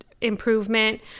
improvement